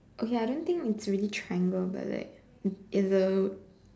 okay I don't think it's really triangle but like it's A